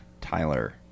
Tyler